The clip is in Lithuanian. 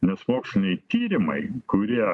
nes moksliniai tyrimai kurie